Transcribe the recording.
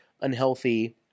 unhealthy